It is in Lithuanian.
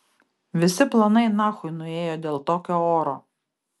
visi planai nachui nuėjo dėl tokio oro